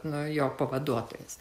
nu jo pavaduotojas